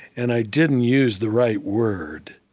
and i didn't use the right word.